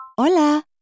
Hola